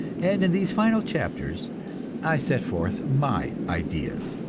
and in these final chapters i set forth my ideas.